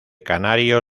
canario